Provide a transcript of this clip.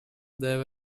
there